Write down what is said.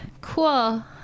cool